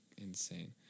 insane